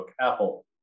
Apple